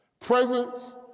Presence